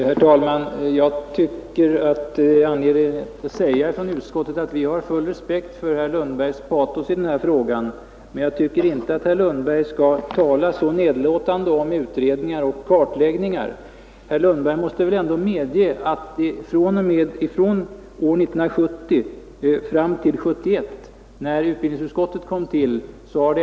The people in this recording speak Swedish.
Herr talman! Jag finner det angeläget att från utskottets sida framhålla att utskottet har full respekt för herr Lundbergs patos, men jag tycker inte att herr Lundberg bör tala så nedlåtande om utredningar och kartläggning. Herr Lundberg måste väl ändå medge att det har hänt någonting på detta område från 1970 och fram till 1971, när utbildningsutskottet kom till.